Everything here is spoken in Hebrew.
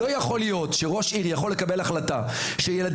לא יכול להיות שראש עיר יכול לקבל החלטה שילדים